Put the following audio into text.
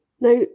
Now